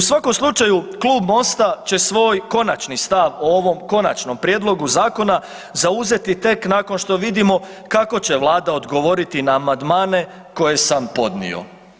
U svakom slučaju, Klub Mosta će svoj konačni stav o ovom konačnom prijedlogu zakona zauzeti tek nakon što vidimo kako će Vlada odgovoriti na amandmane koje sam podnio.